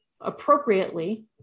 appropriately